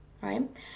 right